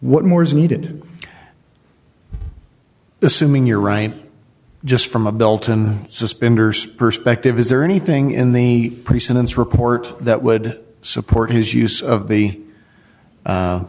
what more is needed assuming you're right just from a belton suspenders perspective is there anything in the pre sentence report that would support his use of the